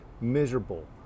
miserable